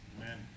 Amen